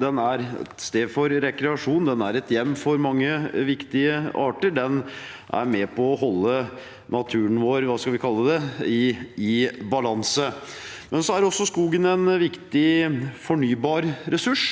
Den er et sted for rekreasjon, den er et hjem for mange viktige arter, og den er med på å holde naturen vår i balanse. Skogen er også en viktig fornybar ressurs.